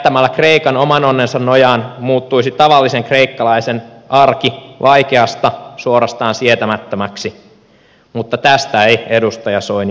jättämällä kreikan oman onnensa nojaan muuttuisi tavallisen kreikkalaisen arki vaikeasta suorastaan sietämättömäksi mutta tästä ei edustaja soini puhu